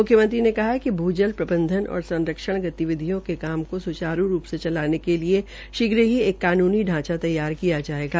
मुख्यमंत्री ने कहा है कि भूजल प्रबंधन और संरक्षण गतिविधियों के काम को सुचारू रूप से चलाने के लिए शीघ्र ही एक कानूनी ढांच तैयार किया जायेगा